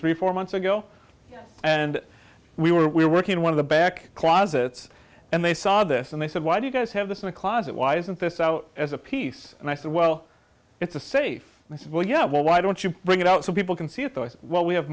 three four months ago and we were working in one of the back closets and they saw this and they said why do you guys have this in a closet why isn't this out as a piece and i said well it's a safe and i said well yeah well why don't you bring it out so people can see it though i said well we have